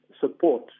support